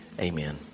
amen